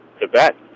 Tibet